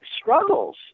struggles